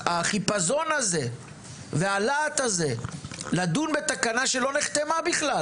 החיפזון והלהט הזה לדון בתקנה שלא נחתמה בכלל